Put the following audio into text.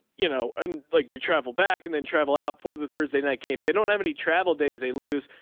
you know, and like do travel back and then travel out for the thursday night game. they don't have any travel days they lose.